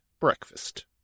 breakfast